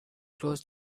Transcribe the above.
close